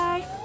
Bye